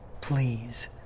Please